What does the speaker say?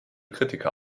kritiker